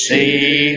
See